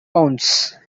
pounds